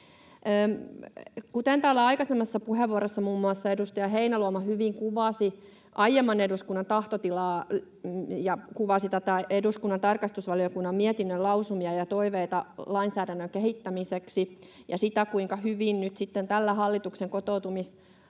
tulee. Täällä aikaisemmassa puheenvuorossa muun muassa edustaja Heinäluoma hyvin kuvasi aiemman eduskunnan tahtotilaa ja kuvasi eduskunnan tarkastusvaliokunnan mietinnön lausumia ja toiveita lainsäädännön kehittämiseksi ja sitä, kuinka hyvin nyt sitten tällä hallituksen kotoutumislakiesityksellä